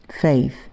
Faith